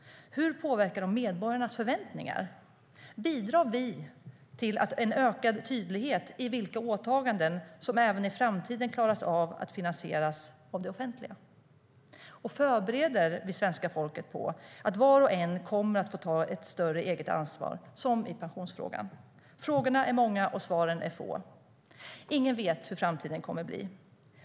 Hur påverkar det medborgarnas förväntningar? Bidrar vi till ökad tydlighet i fråga om vilka åtaganden som det offentliga klarar av att finansiera även i framtiden? Förbereder vi svenska folket på att var och en kommer att få ta ett större eget ansvar, som i pensionsfrågan? Frågorna är många, och svaren är få. Ingen vet hur framtiden kommer att bli.